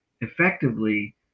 effectively